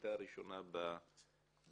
בנחיתה הראשונה בשדה.